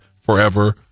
forever